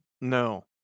No